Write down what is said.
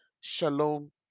Shalom